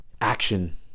action